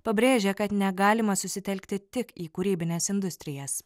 pabrėžė kad negalima susitelkti tik į kūrybines industrijas